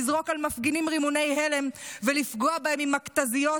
לזרוק על מפגינים רימוני הלם ולפגוע בהם עם מכת"זיות,